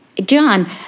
John